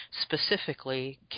specifically